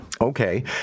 Okay